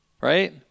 right